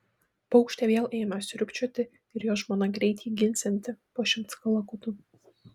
paukštė vėl ėmęs sriubčioti ir jo žmona greit jį ginsianti po šimtas kalakutų